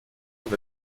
und